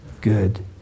good